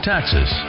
Taxes